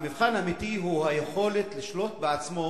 המבחן האמיתי הוא היכולת לשלוט בעצמו.